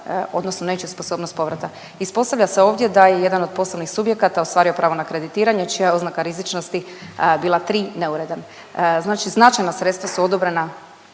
odnosno nečiju sposobnost povrata. Ispostavlja se ovdje da je jedan od poslovnih subjekata ostvario pravo na kreditiranje čija je oznaka rizičnosti bila tri neuredan, znači značajna sredstva su odobrena.